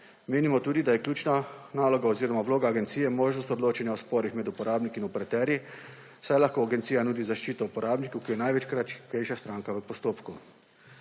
Menimo tudi, da je ključna naloga oziroma vloga agencije možnost odločanja v sporih med uporabniki in operaterji, saj lahko agencija nudi zaščito uporabniku, ki je največkrat šibkejša stranka v postopku.